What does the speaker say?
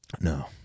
No